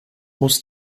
muss